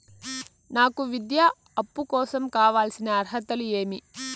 నాకు విద్యా అప్పు కోసం కావాల్సిన అర్హతలు ఏమి?